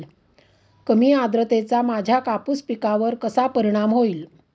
कमी आर्द्रतेचा माझ्या कापूस पिकावर कसा परिणाम होईल?